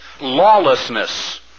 lawlessness